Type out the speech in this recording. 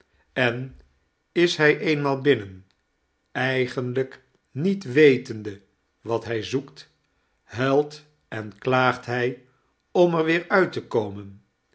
en is hij eenmaal binnen eigenlijk niet wetende wat hij zoekt built en klaagt hij om er weer uit te komen